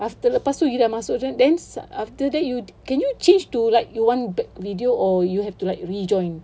after lepas tu you dah masuk then after that you can you change to like you want video or you have to like rejoin